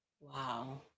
Wow